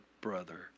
brother